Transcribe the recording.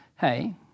hey